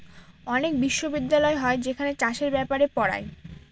অনেক বিশ্ববিদ্যালয় হয় যেখানে চাষের ব্যাপারে পড়ায়